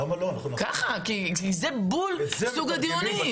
למה לא --- ככה, כי זה בול סוג הדיונים.